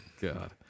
God